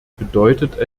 bedeutet